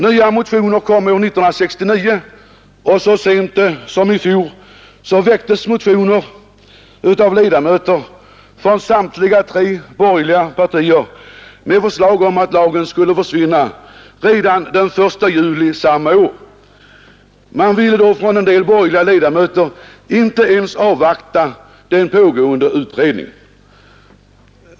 Nya motioner kom år 1969, och så sent som i fjol väcktes motioner av ledamöter från samtliga tre borgerliga partier med förslag om att lagen skulle försvinna redan den 1 juli samma år. En del borgerliga ledamöter ville då inte ens avvakta den pågående utredningen.